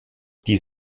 die